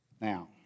Now